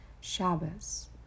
Shabbos